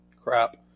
Crap